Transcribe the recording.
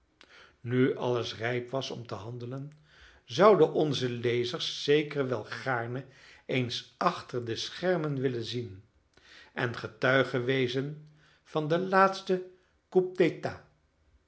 nu alles rijp was om te handelen zouden onze lezers zeker wel gaarne eens achter de schermen willen zien en getuigen wezen van den laatsten